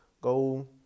go